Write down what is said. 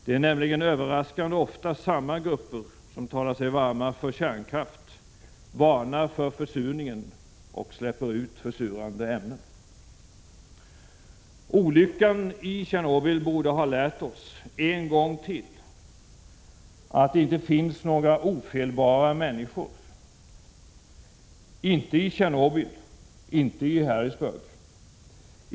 Det är nämligen överraskande ofta samma grupper som talar sig varma för kärnkraft, varnar för försurningen och släpper ut försurande ämnen. Olyckan i Tjernobyl borde ha lärt oss — en gång till — att det inte finns några ofelbara människor. Inte i Tjernobyl, inte i Harrisburg.